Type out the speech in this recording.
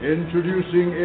Introducing